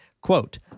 quote